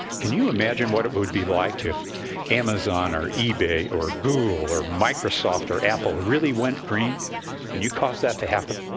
can you imagine what it but would be like if amazon or ebay or google or microsoft or apple really went green and you caused that to happen?